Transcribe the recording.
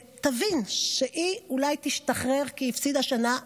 ותבין שהיא אולי תשתחרר, כי היא הפסידה שנה,